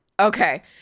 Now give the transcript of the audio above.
Okay